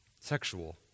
sexual